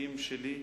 מהמצביעים שלי,